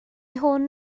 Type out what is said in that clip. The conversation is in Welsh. hwn